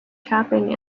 tapping